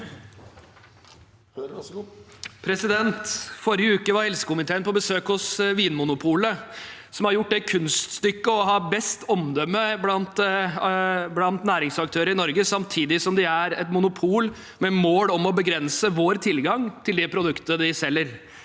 Forrige uke var helse- komiteen på besøk hos Vinmonopolet, som har gjort det kunststykket å ha best omdømme blant næringsaktører i Norge, samtidig som de er et monopol med mål om å begrense vår tilgang til de produktene de selger.